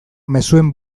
mezuen